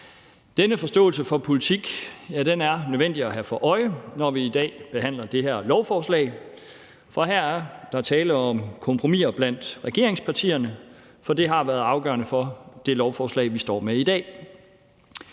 Denne forståelse for politik er nødvendig at have for øje, når vi i dag behandler det her lovforslag, for her er der tale om kompromiser blandt regeringspartierne, og det har været afgørende for det lovforslag, vi står med i dag.